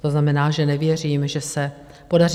To znamená, že nevěřím, že se podaří.